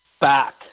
back